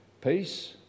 peace